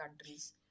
countries